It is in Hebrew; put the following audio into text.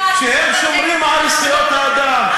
שהם שומרים של זכויות האדם,